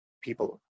people